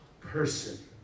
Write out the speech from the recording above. person